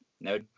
no